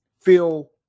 feel